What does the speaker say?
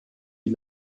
die